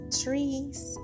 trees